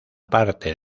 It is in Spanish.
parte